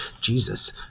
Jesus